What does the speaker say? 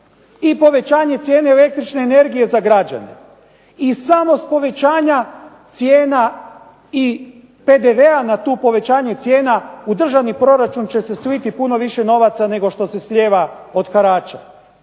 i povećanje cijene električne energije za građane. I samo s povećanja cijena i PDV-a na to povećanje cijena u državni proračun će se sliti puno više novaca nego što se slijeva od harača.